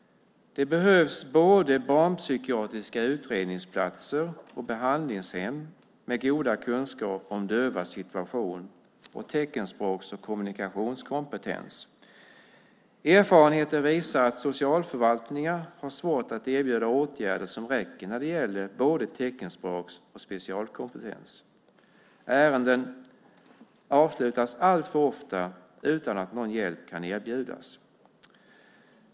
Det behövs både barnpsykiatriska utredningsplatser och behandlingshem med goda kunskaper om dövas situation och teckenspråk som kommunikationskompetens. Erfarenheter visar att socialförvaltningar har svårt att erbjuda åtgärder som räcker när det gäller både teckenspråks och specialkompetens. Ärenden avslutas alltför ofta utan att någon hjälp kan erbjudas.